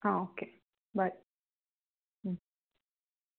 okay bye